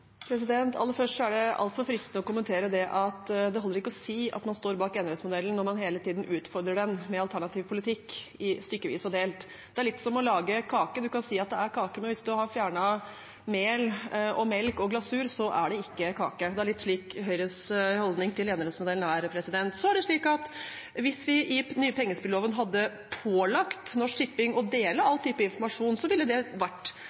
Aller først er det altfor fristende å kommentere det at det holder ikke å si at man står bak enerettsmodellen når man hele tiden utfordrer den med alternativ politikk i stykkevis og delt. Det er litt som å lage kake. Man kan si at det er kake, men hvis man har fjernet mel, melk og glasur, så er det ikke kake. Det er litt slik Høyres holdning til enerettsmodellen er Så er det slik at hvis vi i den nye pengespilloven hadde pålagt Norsk Tipping og dele all type informasjon, ville det vært